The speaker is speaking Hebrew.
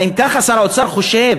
האם ככה שר האוצר חושב